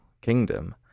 kingdom